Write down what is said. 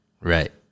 Right